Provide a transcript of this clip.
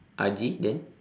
haji then